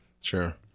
Sure